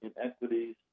inequities